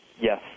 Yes